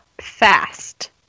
fast